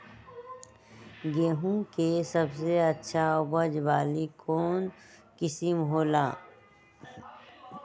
गेंहू के सबसे अच्छा उपज वाली कौन किस्म हो ला?